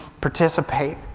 participate